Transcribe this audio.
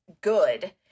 good